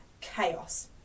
chaos